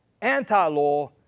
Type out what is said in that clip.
anti-law